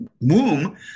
womb